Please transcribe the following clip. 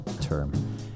term